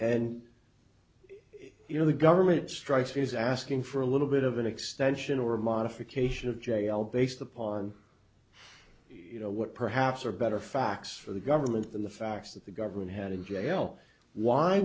and you know the government strikes me as asking for a little bit of an extension or a modification of jail based upon you know what perhaps are better facts for the government than the facts that the government had in jail why